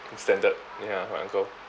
extended ya my uncle